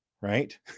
right